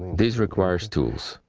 this requires tools.